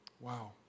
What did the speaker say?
Wow